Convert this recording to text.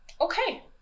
okay